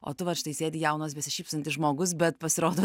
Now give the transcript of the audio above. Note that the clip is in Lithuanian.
o tu vat štai sėdi jaunas besišypsantis žmogus bet pasirodo